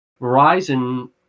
Verizon